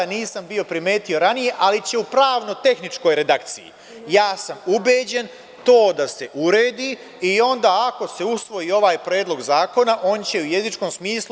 Nisam bio primetio ranije, ali će u pravno tehničkoj redakciji, ja sam ubeđen, to da se uredi i, ako se usvoji ovaj Predlog zakona, on će u jezičkom smislu…